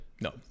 No